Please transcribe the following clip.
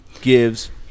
gives